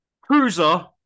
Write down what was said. cruiser